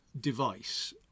device